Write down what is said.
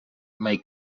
may